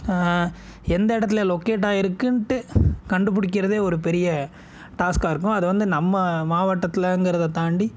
எந்த இடத்துல லொக்கேட் ஆகியிருக்குன்ட்டு கண்டுப்பிடிக்கிறதே ஒரு பெரிய டாஸ்க்காக இருக்கும் அது வந்து நம்ம மாவட்டத்துலங்கிறதை தாண்டி